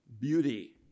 beauty